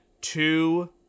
two